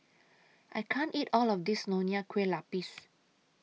I can't eat All of This Nonya Kueh Lapis